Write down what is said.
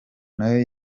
nayo